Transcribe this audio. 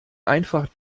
einfach